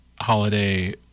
holiday